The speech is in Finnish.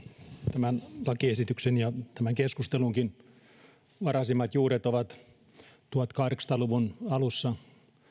tämän lakiesityksen ja tämän keskustelunkin varhaisimmat juuret ovat tuhatkahdeksansataa luvun alussa